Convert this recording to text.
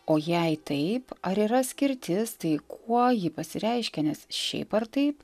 o jei taip ar yra skirtis tai kuo ji pasireiškia nes šiaip ar taip